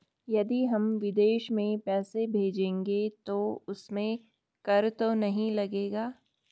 यदि हम विदेश में पैसे भेजेंगे तो उसमें कर तो नहीं लगेगा?